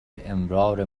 امرار